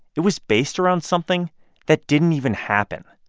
it was based around something that didn't even happen.